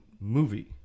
movie